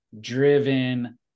driven